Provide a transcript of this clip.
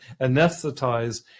anesthetize